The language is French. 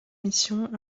missions